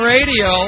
Radio